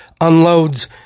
unloads